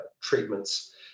treatments